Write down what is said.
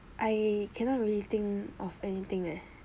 I cannot really think of anything leh